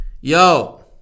yo